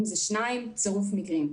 אם זה היו שניים צירוף מקרים.